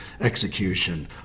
execution